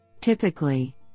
Typically